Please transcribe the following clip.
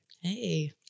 Hey